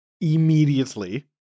immediately